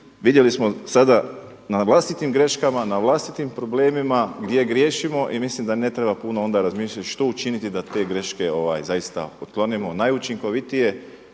vidjeli smo sada na vlastitim greškama, na vlastitim problemima gdje griješimo i mislim da ne treba puno onda razmišljati što učiniti da te greške zaista otklonimo